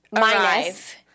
Minus